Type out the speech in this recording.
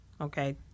okay